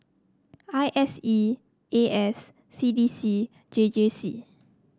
I S E A S C D C J J C